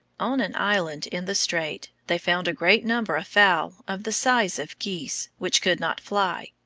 on an island in the strait they found a great number of fowl of the size of geese, which could not fly.